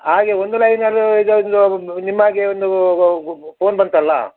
ಹಾಗೆ ಒಂದು ಲೈನ್ ಅಲ್ಲಿ ಇದು ನಿಮಗೆ ಒಂದು ಫೋನ್ ಬಂತಲ್ಲ